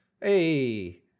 hey